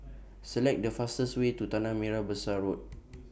Select The fastest Way to Tanah Merah Besar Road